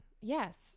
Yes